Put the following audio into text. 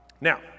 now